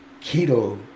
keto